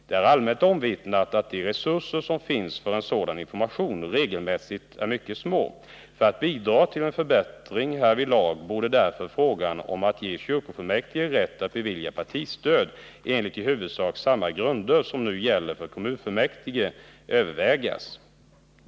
Det är allmänt omvittnat att de resurser som finns för en sådan information regelmässigt är mycket små. För att bidra till en förbättring härvidlag borde därför frågan om att ge kyrkofullmäktige rätt att bevilja partistöd enligt i huvudsak samma grunder som nu gäller för kommunfullmäktige övervägas.